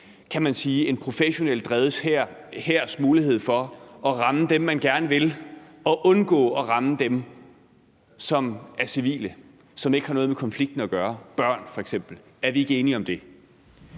den grad udfordrer en professionelt drevet hærs mulighed for at ramme dem, man gerne vil ramme, og undgå at ramme dem, som er civile, og som ikke har noget med konflikten at gøre, f.eks. børn. Er vi ikke enige om det?